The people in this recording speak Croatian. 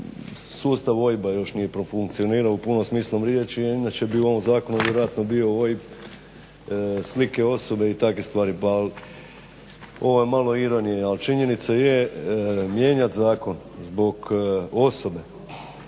sustav OIB-a još nije profunkcionirao u punom smislu riječi inače bi u ovom zakonu vjerojatno bio OIB, slike osobe i takve stvari, ovo je malo ironije. Činjenica je mijenjat zakon zbog osobe